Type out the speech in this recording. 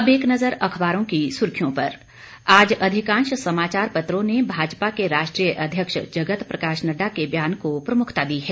अब एक नज़र अखबारों की सुर्खियों पर आज अधिकांश समाचार पत्रों भाजपा के राष्ट्रीय अध्यक्ष जगत प्रकाश नडडा के बयान को प्रमुखता दी है